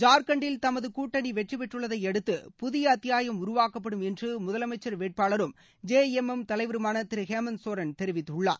ஜார்க்கண்ட்டில் தமது கூட்டனி வெற்றி பெற்றுள்ளதைபடுத்து புதிய அத்யாயம் உருவாக்கப்படும் என்று முதலமைச்சர் வேட்பாளரும் ஜே எம் எம் தலைவருமான திரு ஹேமந்த் சோரன் தெரிவித்துள்ளார்